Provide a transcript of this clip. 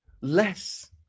less